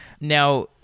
Now